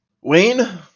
Wayne